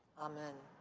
amen.